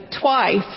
twice